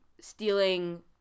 stealing